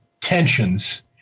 tensions